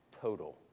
total